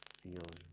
feels